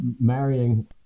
marrying